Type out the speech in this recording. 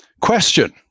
Question